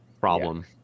problem